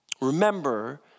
Remember